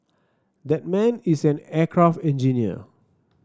that man is an aircraft engineer